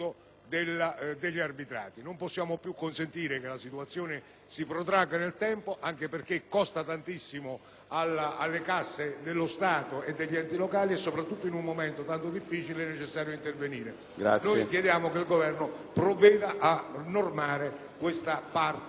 Non possiamo piu consentire che la situazione si protragga nel tempo, anche perche´ costa moltissimo alle casse dello Stato e degli enti locali; pertanto, soprattutto in un momento tanto difficile come l’attuale, e` necessario intervenire. Noi chiediamo che il Governo provveda a normare l’arbitrato